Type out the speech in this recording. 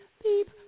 Beep